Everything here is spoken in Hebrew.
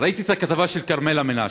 ראיתי את הכתבה של כרמלה מנשה,